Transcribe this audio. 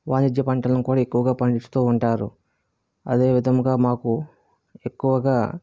వాణిజ్య పంటలను కూడా ఎక్కువగా పండిస్తూ ఉంటారు అదేవిధంగా మాకు ఎక్కువగా